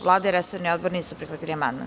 Vlada i resorni odbor nisu prihvatili amandman.